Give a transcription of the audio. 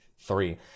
three